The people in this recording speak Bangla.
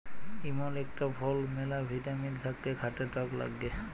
ইমল ইকটা ফল ম্যালা ভিটামিল থাক্যে খাতে টক লাগ্যে